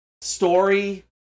story